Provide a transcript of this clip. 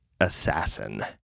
assassin